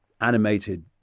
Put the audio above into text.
animated